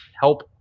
help